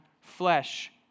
flesh